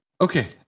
okay